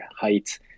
height